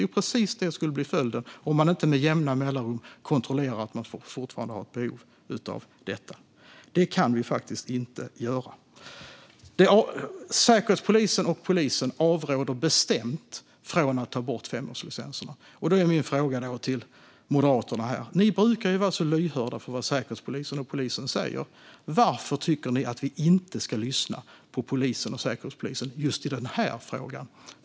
Det är precis det som skulle bli följden om det inte med jämna mellanrum kontrolleras att personen fortfarande har ett behov av detta. Säkerhetspolisen och polisen avråder bestämt från att ta bort femårslicenserna. Därför har jag en fråga till Moderaterna. Ni brukar ju vara så lyhörda för vad Säkerhetspolisen och polisen säger. Varför tycker ni att vi inte ska lyssna på polisen och Säkerhetspolisen just i den här frågan?